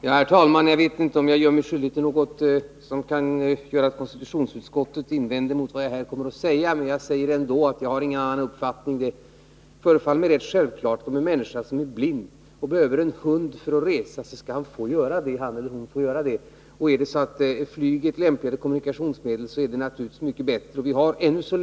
Herr talman! Jag vet inte om jag nu gör mig skyldig till något som får till följd att konstitutionsutskottet invänder mot vad jag här kommer att säga, men jag säger ändå att jag inte har någon annan uppfattning. Det förefaller mig rätt självklart att om en människa som är blind behöver ha en hund med sig för att kunna resa, så skall han eller hon också få ha det. Och är flyget ett lämpligare kommunikationsmedel, är det naturligtvis mycket bättre att använda det.